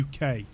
UK